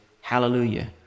hallelujah